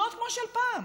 שכונות כמו של פעם.